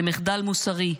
זה מחדל מוסרי,